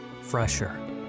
fresher